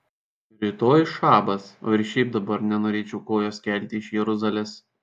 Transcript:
rytoj šabas o ir šiaip dabar nenorėčiau kojos kelti iš jeruzalės